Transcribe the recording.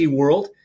world